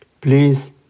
please